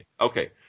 Okay